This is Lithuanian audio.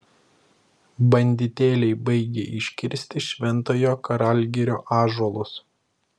banditėliai baigia iškirsti šventojo karalgirio ąžuolus